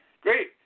Great